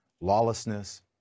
lawlessness